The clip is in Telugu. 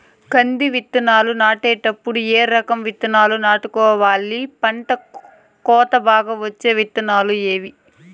కంది విత్తనాలు నాటేటప్పుడు ఏ రకం విత్తనాలు నాటుకోవాలి, పంట కోత బాగా వచ్చే విత్తనాలు ఏవీ?